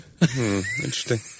Interesting